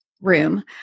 room